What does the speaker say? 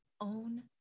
own